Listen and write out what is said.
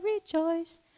rejoice